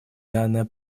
данное